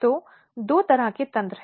तो दो तरह के तंत्र हैं